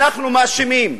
אנחנו מאשימים.